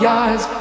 eyes